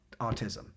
autism